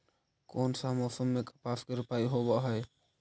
कोन सा मोसम मे कपास के रोपाई होबहय?